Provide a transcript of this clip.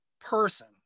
person